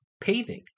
Paving